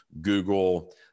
Google